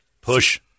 Push